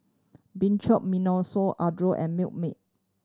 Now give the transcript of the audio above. Adore and Milkmaid